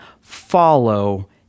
follow